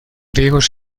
griegos